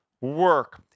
work